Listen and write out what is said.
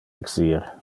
exir